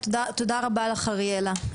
תודה רבה לך, אריאלה.